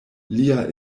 lia